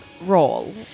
role